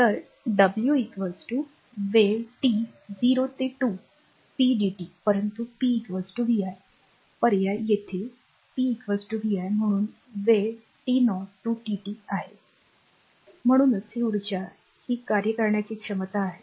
तर डब्ल्यू वेळ टी ० ते 2 pdtपरंतु p vi पर्याय येथे p vi म्हणूनवेळ t0 to tt आहे म्हणूनच ही ऊर्जा ही कार्य करण्याची क्षमता आहे